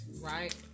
right